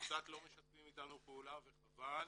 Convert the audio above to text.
קצת לא משתפים איתנו פעולה וחבל.